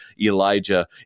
Elijah